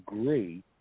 agree